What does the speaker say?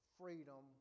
freedom